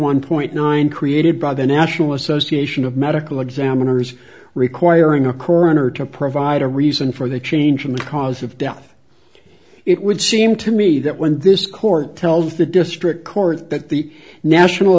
dollars created by the national association of medical examiners requiring a coroner to provide a reason for the change in the cause of death it would seem to me that when this court tells the district court that the national